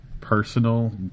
personal